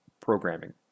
programming